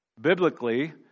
Biblically